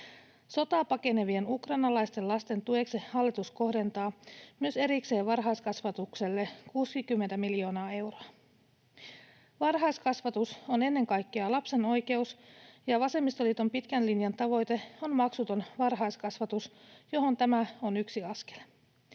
Sotaa pakenevien ukrainalaisten lasten tueksi hallitus kohdentaa myös erikseen varhaiskasvatukselle 60 miljoonaa euroa. Varhaiskasvatus on ennen kaikkea lapsen oikeus, ja vasemmistoliiton pitkän linjan tavoite on maksuton varhaiskasvatus, johon tämä on yksi askel.